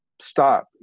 stop